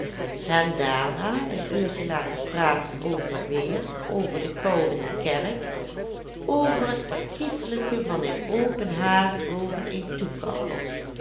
hen daarna een uurtje laten praten over t weer over de kou in de kerk over het verkieslijke van een open haard boven